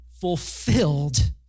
fulfilled